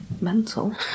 mental